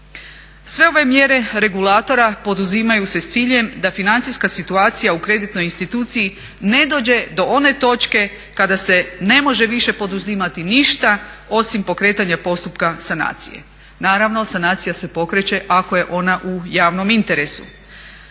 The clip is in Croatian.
Sve ove mjere regulatora poduzimaju se s ciljem da financijska situacija u kreditnoj instituciji ne dođe do one točke kada se ne može više poduzimati ništa osim pokretanja postupka sanacije. Naravno sanacija se pokreće ako je ona u javnom interesu.